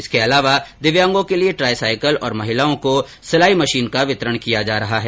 इसके अलावा दिव्यांगों के लिए ट्राइसिकल और महिलाओं को सिलाई मशीन का वितरण किया जा रहा है